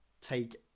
take